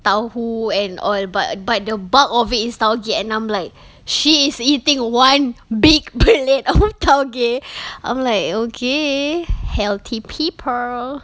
tahu and all but but the bulk of it is tauge and I'm like she is eating one big plate of tauge I'm like okay healthy people